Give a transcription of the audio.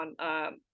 on